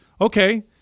Okay